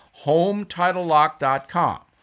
HomeTitleLock.com